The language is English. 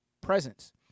presence